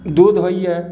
दूध होइया